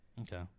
okay